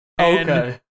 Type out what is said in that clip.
Okay